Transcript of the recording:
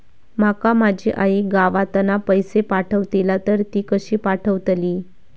माका माझी आई गावातना पैसे पाठवतीला तर ती कशी पाठवतली?